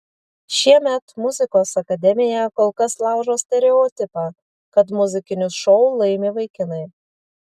šiemet muzikos akademija kol kas laužo stereotipą kad muzikinius šou laimi vaikinai